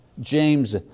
James